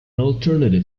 alternative